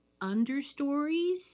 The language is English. understories